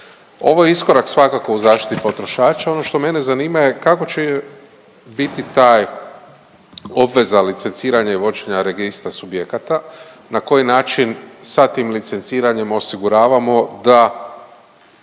Ovo je iskorak, svakako u zaštiti potrošača, ono što mene zanima je kako će biti taj obveza licenciranja i vođenja registra subjekata, na koji način sa tim licenciramo osiguravamo da